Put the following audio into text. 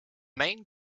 main